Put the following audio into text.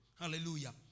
Hallelujah